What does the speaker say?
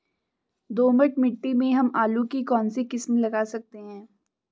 दोमट मिट्टी में हम आलू की कौन सी किस्म लगा सकते हैं?